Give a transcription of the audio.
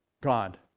God